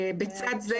בצד זה